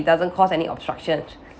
doesn't cost any obstructions